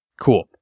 Cool